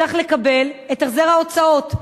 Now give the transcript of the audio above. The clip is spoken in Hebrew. צריך לקבל את החזר ההוצאות,